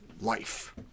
life